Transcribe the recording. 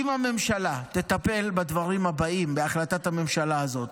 אם הממשלה תטפל בדברים הבאים בהחלטת הממשלה הזאת,